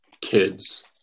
kids